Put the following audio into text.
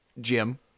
Jim